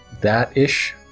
that-ish